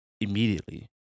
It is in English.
immediately